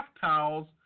towels